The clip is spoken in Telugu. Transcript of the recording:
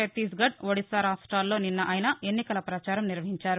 ఛత్తీస్ ఘడ్ ఒడిస్సా రాష్ట్రాల్లో నిన్న ఆయన ఎన్నికల పచారం నిర్వహించారు